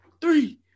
Three